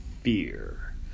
fear